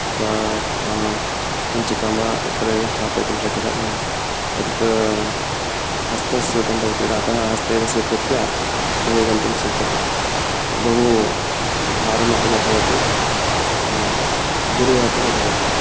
अथवा कुञ्चिकां वा तत्रैव स्थापयितुं शक्यते अतः एतत् हस्तस्यूतं भवति अतः हस्ते एव स्वीकृत्य बहिः गन्तुं शक्यते बहुभारमपि न भवति गुरुः अपि न भवति